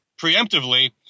preemptively